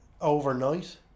overnight